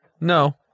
No